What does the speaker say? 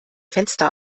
fenster